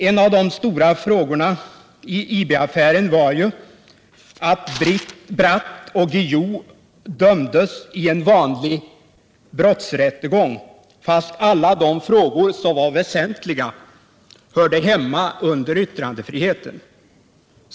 En av de stora frågorna i IB-affären var ju att Bratt och Guillou dömdes i en vanlig brottsrättegång, fast alla de frågor som var väsentliga hörde hemma under yttrandefriheten.